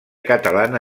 catalana